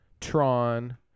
Tron